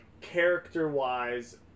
character-wise